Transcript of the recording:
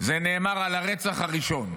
זה נאמר על הרצח הראשון.